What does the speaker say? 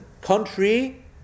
country